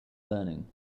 learning